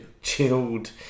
chilled